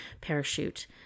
parachute